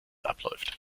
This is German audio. abläuft